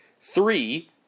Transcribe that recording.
Three